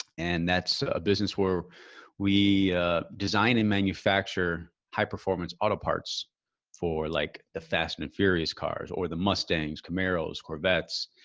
and that's a business where we design and manufacture high-performance auto parts for like the fast and furious cars or the mustangs, camaro's, corvettes.